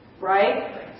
right